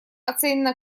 оценена